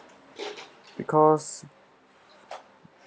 because